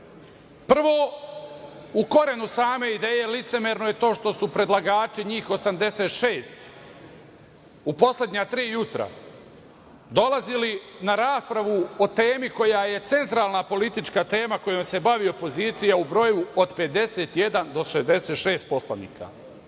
u korenu same ideje licemerno je to što su predlagači, njih 86 u poslednja tri jutra dolazili na raspravu o temi koja je centralna politička tema, kojom se bavi opozicija, u broju od 51 do 66 poslanika. Znači,